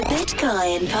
Bitcoin